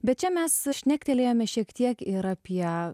bet čia mes šnektelėjome šiek tiek ir apie